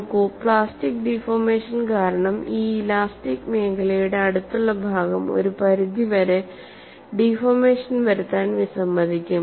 നോക്കൂ plastic deformation കാരണം ഈ ഇലാസ്റ്റിക് മേഖലയുടെ അടുത്തുള്ള ഭാഗം ഒരു പരിധി വരെ ഡിഫോർമേഷൻ വരുത്താൻ വിസമ്മതിക്കും